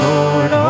Lord